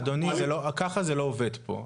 אדוני, ככה זה לא עובד פה.